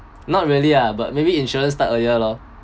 not really lah but maybe insurance start earlier lor